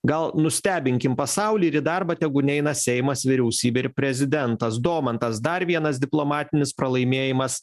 gal nustebinkim pasaulį ir į darbą tegu neina seimas vyriausybė ir prezidentas domantas dar vienas diplomatinis pralaimėjimas